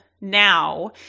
now